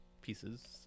pieces